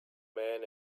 man